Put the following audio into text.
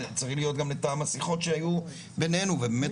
אלא הוא צריך להיות גם לטעם השיחות שהיו בינינו ובאמת